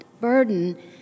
burden